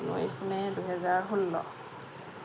ঊনৈছ মে' দুহেজাৰ ষোল্ল